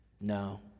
No